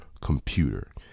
computer